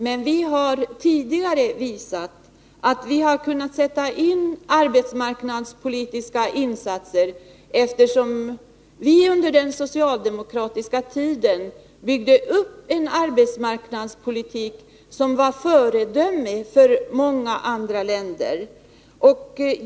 Men vi har tidigare visat att vi har kunnat sätta in arbetsmarknadspolitiska insatser, eftersom vi under den socialdemokratiska tiden genom att använda pengar byggde upp en arbetsmarknadspolitik som var ett föredöme för många andra länder.